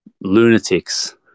Lunatics